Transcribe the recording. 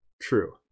true